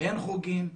אין חוגים,